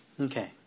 Okay